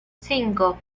cinco